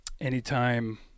Anytime